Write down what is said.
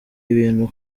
ibintu